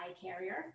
carrier